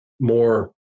more